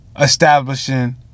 establishing